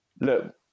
look